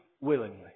willingly